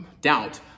doubt